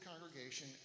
congregation